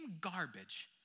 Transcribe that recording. garbage